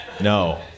No